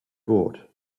bought